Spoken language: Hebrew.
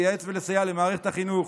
לייעץ ולסייע למערכת החינוך